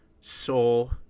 soul